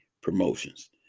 promotions